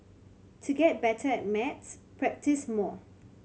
to get better at maths practise more